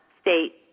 State